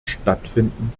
stattfinden